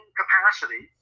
capacity